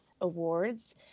awards